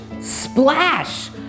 splash